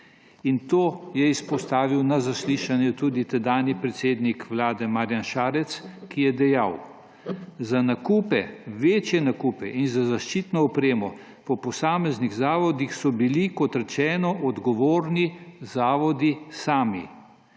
To je izpostavil na zaslišanju tudi tedanji predsednik Vlade Marjan Šarec, ki je dejal: »Za nakupe, večje nakupe in za zaščitno opremo po posameznih zavodih so bili, kot rečeno, odgovorni zavodi sami.«